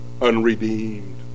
unredeemed